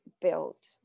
built